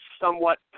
somewhat